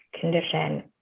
condition